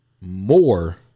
more